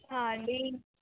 అండీ